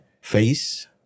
Face